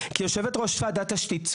כיושבת ראש ועדת תשתית,